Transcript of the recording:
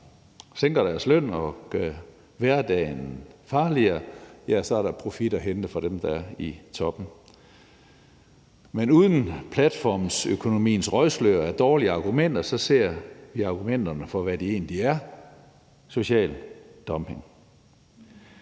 sænker deres løn og gør hverdagen farligere – så er der profit at hente for dem, der er i toppen. Men uden platformsøkonomiens røgslør af dårlige argumenter ser vi argumenterne for, hvad det egentlig er: social dumping.